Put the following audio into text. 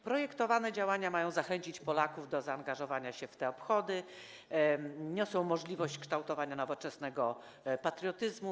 Projektowane działania mają zachęcić Polaków do zaangażowania się w te obchody, niosą możliwość kształtowania nowoczesnego patriotyzmu.